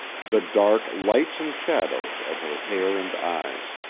the dark lights and shadows of her hair and eyes.